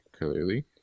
clearly